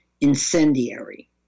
Incendiary